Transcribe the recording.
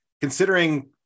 considering